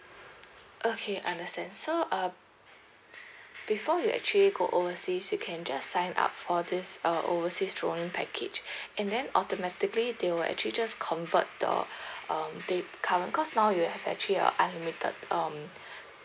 okay understand so uh before you actually go overseas you can just sign up for this uh overseas roaming package and then automatically they will actually just convert the um dat~ current cause now you have actually a unlimited um